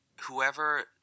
whoever